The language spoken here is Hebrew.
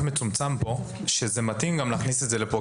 מצומצם כאן וזה מתאים להכניס את זה גם לכאן.